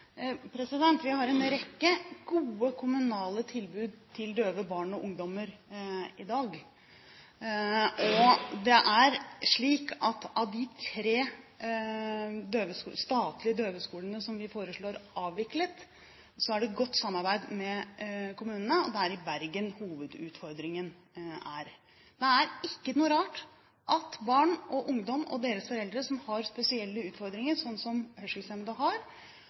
døve barn og ungdommer i dag, og det er slik at i de tre statlige døveskolene som vi foreslår avviklet, er det et godt samarbeid med kommunene. Det er i Bergen hovedutfordringen er. Det er ikke noe rart at barn og ungdom og deres foreldre, som har spesielle utfordringer sånn som hørselshemmede har,